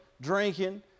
drinking